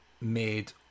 made